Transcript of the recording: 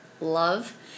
love